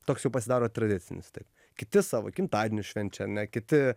toks jau pasidaro tradicinis taip kiti savo gimtadienius švenčia ane kiti